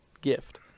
gift